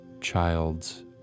child's